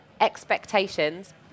expectations